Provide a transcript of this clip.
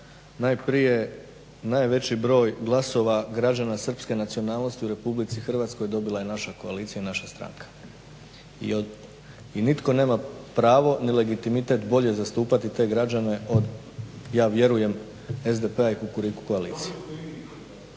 najprije najveći broj glasova građana srpske nacionalnosti u RH dobila je naša koalicija i naša stranka i nitko nema pravo ni legitimitet bolje zastupati te građane ja vjerujem od SDP-a i Kukuriku koalicije.